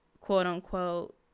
quote-unquote